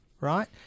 right